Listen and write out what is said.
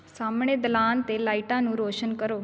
ਸਾਹਮਣੇ ਦਲਾਨ 'ਤੇ ਲਾਈਟਾਂ ਨੂੰ ਰੌਸ਼ਨ ਕਰੋ